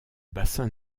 bassin